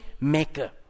maker